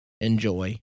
enjoy